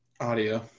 audio